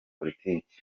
politiki